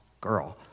girl